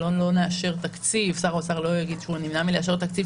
נאשר תקציב שר האוצר לא יימנע לאשר תקציב